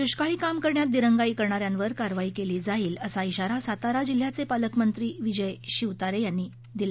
दुष्काळी काम करण्यात दिरंगाई करणा यांवर कारवाई केली जाईल असा इशारा सातारा जिल्ह्याचे पालकमंत्री विजय शिवतारे यांनी यावेळी दिला